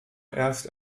erst